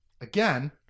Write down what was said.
Again